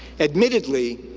admittedly,